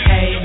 Hey